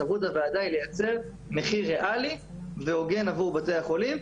סמכות הוועדה היא לייצר מחיר ריאלי והוגן עבור בתי החולים,